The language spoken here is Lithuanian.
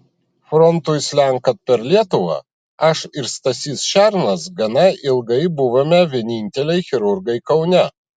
frontui slenkant per lietuvą aš ir stasys šernas gana ilgai buvome vieninteliai chirurgai kaune